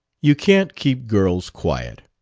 you can't keep girls quiet.